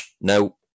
no